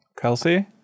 Kelsey